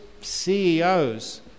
CEOs